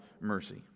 mercy